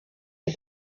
que